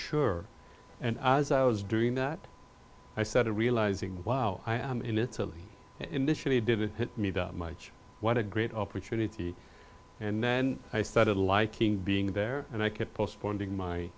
sure and as i was doing that i said realizing wow i am in italy initially did it hit me that much what a great opportunity and then i started liking being in there and i kept postponing my